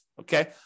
Okay